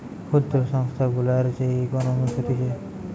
ক্ষুদ্র সংস্থা গুলার যে ইকোনোমিক্স হতিছে